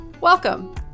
Welcome